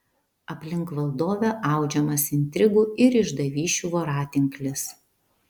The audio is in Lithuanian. aplink valdovę audžiamas intrigų ir išdavysčių voratinklis